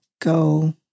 go